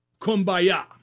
Kumbaya